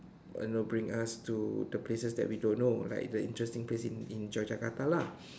you know bring us to the places that we don't know like the interesting place in in Yogyakarta lah